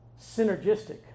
synergistic